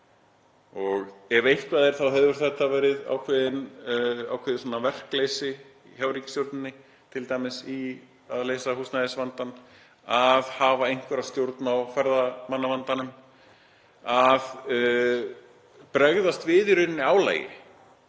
Og ef eitthvað er þá hefur þetta verið ákveðið verkleysi hjá ríkisstjórninni, t.d. í að leysa húsnæðisvandann, að hafa einhverja stjórn á ferðamannavandanum, að bregðast við álagi,